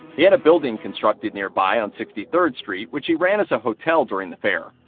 he had a building constructed nearby, on sixty third street, which he ran as a hotel during the fair.